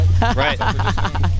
Right